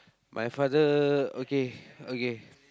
my father okay okay